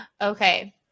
Okay